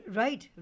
right